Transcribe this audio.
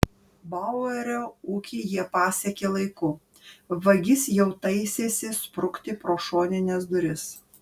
bauerio ūkį jie pasiekė laiku vagis jau taisėsi sprukti pro šonines duris